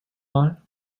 mal